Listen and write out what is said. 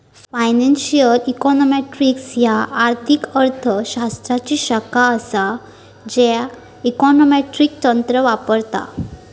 financial econometrics ह्या आर्थिक अर्थ शास्त्राची शाखा असा ज्या इकॉनॉमेट्रिक तंत्र वापरता